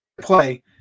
play